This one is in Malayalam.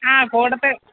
ആ കോടത്ത്